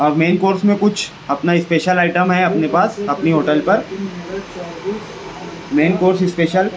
اور main course میں کچھ اپنا اسپیشل ایٹم ہے اپنے پاس اپنی ہوٹل پر مین کورس اسپیشل